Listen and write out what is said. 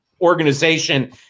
organization